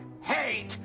hate